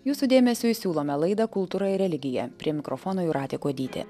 jūsų dėmesiui siūlome laidą kultūra ir religija prie mikrofono jūratė kuodytė